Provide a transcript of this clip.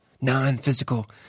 non-physical